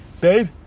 babe